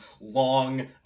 long